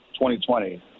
2020